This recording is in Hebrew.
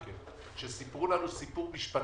סיפרו לנו סיפור משפטי,